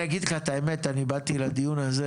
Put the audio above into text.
אני אגיד לך את האמת אני באתי לדיון הזה